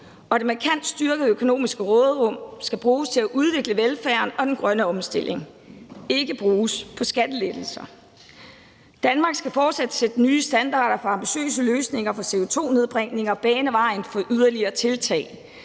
Det markant styrkede økonomiske råderum skal bruges til at udvikle velfærden og den grønne omstilling – ikke kan bruges på skattelettelser. Danmark skal fortsat sætte nye standarder for ambitiøse løsninger for CO2-nedbringning og bane vejen for yderligere tiltag,